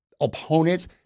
opponents